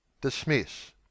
Dismiss